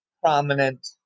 prominent